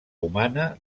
humana